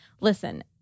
Listen